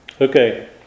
Okay